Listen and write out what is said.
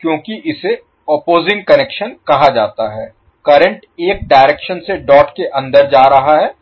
क्योंकि इसे opposing connection कहा जाता है करंट एक डायरेक्शन से डॉट के अंदर जा रहा है